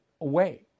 away